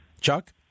Chuck